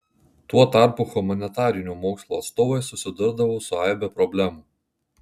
tuo tarpu humanitarinių mokslo atstovai susidurdavo su aibe problemų